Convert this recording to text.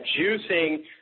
juicing